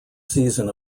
season